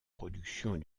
productions